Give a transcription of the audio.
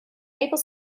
maple